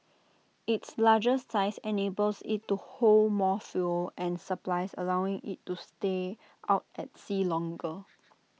its larger size enables IT to hold more fuel and supplies allowing IT to stay out at sea longer